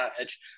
edge